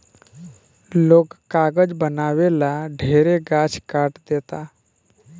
लोग कागज बनावे ला ढेरे गाछ काट देता